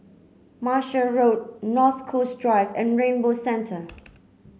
Martia Road North Coast Drive and Rainbow Centre